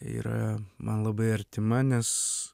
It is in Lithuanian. yra man labai artima nes